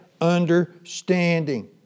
understanding